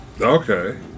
Okay